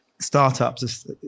startups